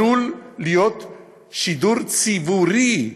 עלול להיות שידור ציבורי,